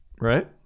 Right